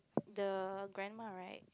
the grandma right